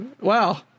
Wow